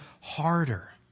harder